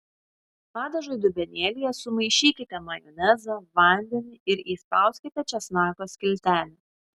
padažui dubenėlyje sumaišykite majonezą vandenį ir įspauskite česnako skiltelę